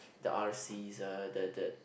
r_cs uh the the